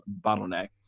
bottleneck